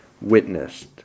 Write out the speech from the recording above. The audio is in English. witnessed